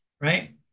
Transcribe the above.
right